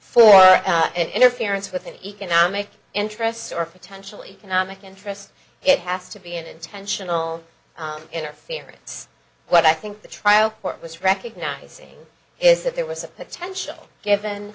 for a and interference with an economic interests or potentially anomic interest it has to be an intentional interference what i think the trial court was recognizing is that there was a potential given